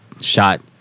Shot